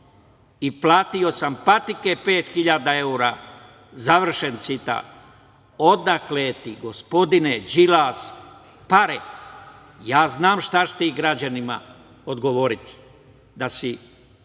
i platio sam patike 5.000 evra“, završen citat. Odakle ti, gospodine Đilas, pare? Znam šta ćeš ti građanima odgovoriti, da si